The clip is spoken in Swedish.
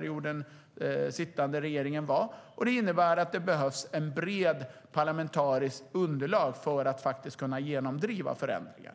regeringen, är en minoritetsregering, vilket innebär att det behövs ett brett parlamentariskt underlag för att kunna genomdriva förändringar.